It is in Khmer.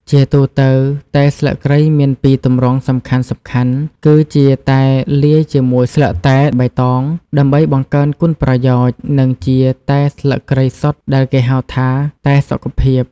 ជាទូទៅ តែស្លឹកគ្រៃមានពីរទម្រង់សំខាន់ៗ គឺជាតែលាយជាមួយស្លឹកតែបៃតងដើម្បីបង្កើនគុណប្រយោជន៍ និងជាតែស្លឹកគ្រៃសុទ្ធដែលគេហៅថា តែសុខភាព។